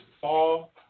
fall